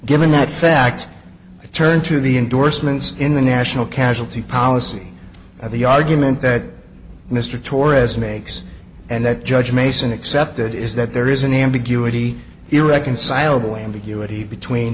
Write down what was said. given that fact i turned to the endorsements in the national casualty policy at the argument that mr torres makes and that judge mason accepted is that there is an ambiguity irreconcilable ambiguity between